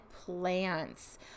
plants